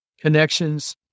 connections